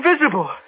invisible